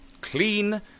Clean